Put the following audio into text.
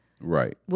Right